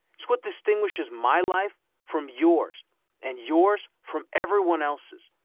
it's what distinguishes my life from yours and yours from everyone else's.